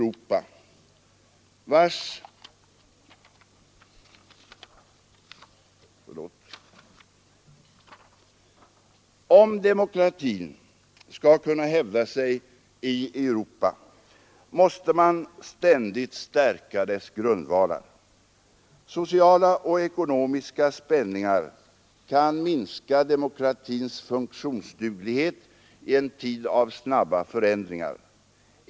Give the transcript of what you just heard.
Om demokratin skall kunna hävda sig i Europa, måste man ständigt stärka dess grundvalar. Sociala och ekonomiska spänningar kan minska demokratins funktionsduglighet i en tid av snabba förändringar.